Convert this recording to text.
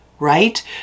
right